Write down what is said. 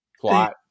plot